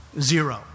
Zero